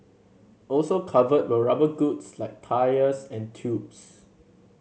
also covered were rubber goods like tyres and tubes